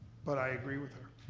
but i agree with her